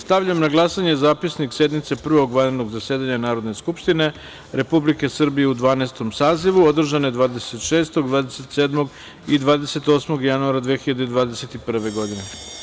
Stavljam na glasanje Zapisnik sednice Prvog vanrednog zasedanja Narodne skupštine Republike Srbije u Dvanaestom sazivu, održane 26, 27. i 28. januara 2021. godine.